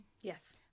Yes